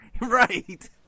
Right